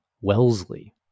Wellesley